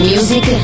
Music